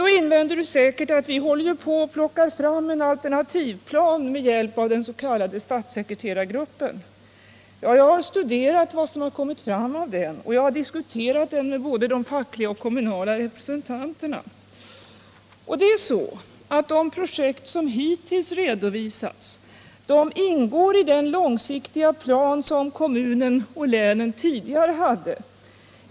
Då invänder du säkert: Vi håller på att arbeta fram en alternativ plan med hjälp av den s.k. statssekreterargruppen. Ja, jag har studerat vad som kommit från den. Och jag har diskuterat den med både de fackliga och de kommunala representanterna. De projekt som hittills redovisats ingår i den långsiktiga plan som kommunen och länet tidigare hade.